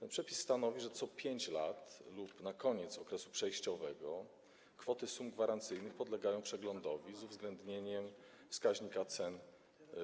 Ten przepis stanowi, że co 5 lat lub na koniec okresu przejściowego kwoty sum gwarancyjnych podlegają przeglądowi z uwzględnieniem wskaźnika cen